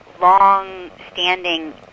long-standing